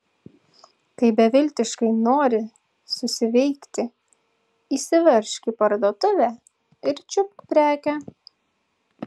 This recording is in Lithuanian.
kai beviltiškai nori susiveikti įsiveržk į parduotuvę ir čiupk prekę